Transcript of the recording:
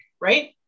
Right